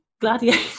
Gladiator